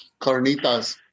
Carnitas